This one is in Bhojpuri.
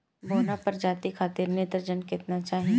बौना प्रजाति खातिर नेत्रजन केतना चाही?